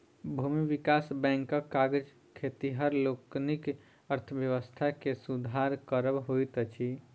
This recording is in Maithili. भूमि विकास बैंकक काज खेतिहर लोकनिक अर्थव्यवस्था के सुधार करब होइत अछि